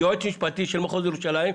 יועץ משפטי של מחוז ירושלים,